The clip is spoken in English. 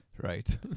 Right